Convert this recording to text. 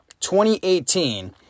2018